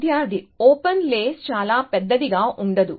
విద్యార్థి ఓపెన్ లేస్ చాలా పెద్దది గా ఉండదు